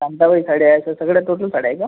कांताबाई साड्या आहे त्या सगळ्या टोटल साड्या आहे का